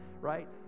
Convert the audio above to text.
right